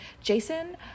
Jason